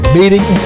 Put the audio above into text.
meeting